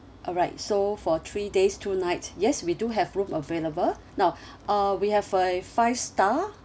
alright so for three days two nights yes we do have room available now uh we have a five star